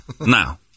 Now